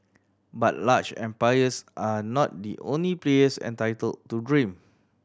but large empires are not the only players entitled to dream